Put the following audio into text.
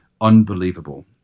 unbelievable